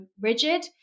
rigid